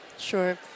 Sure